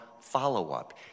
follow-up